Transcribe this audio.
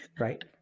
right